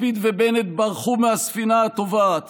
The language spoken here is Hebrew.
לפיד ובנט ברחו מהספינה הטובעת